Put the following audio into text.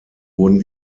wurden